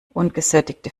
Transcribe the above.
ungesättigte